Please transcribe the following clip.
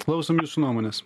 klausom jūsų nuomonės